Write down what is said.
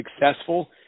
successful